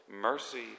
mercy